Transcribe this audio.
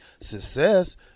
success